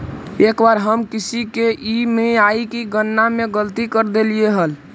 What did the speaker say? एक बार हम किसी की ई.एम.आई की गणना में गलती कर देली हल